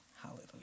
Hallelujah